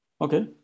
Okay